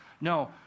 No